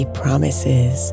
promises